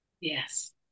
Yes